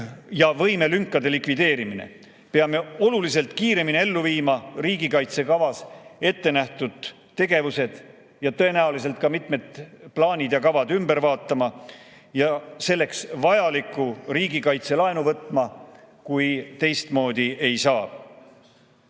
ja võimelünkade likvideerimine. Peame oluliselt kiiremini ellu viima riigikaitsekavas ettenähtud tegevused, tõenäoliselt mitmed plaanid ja kavad ka ümber tegema ja selleks vajalikku riigikaitselaenu võtma, kui teistmoodi ei saa.